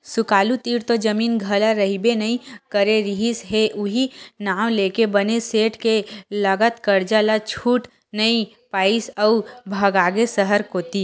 सुकालू तीर तो जमीन जघा रहिबे नइ करे रिहिस हे उहीं नांव लेके बने सेठ के लगत करजा ल छूट नइ पाइस अउ भगागे सहर कोती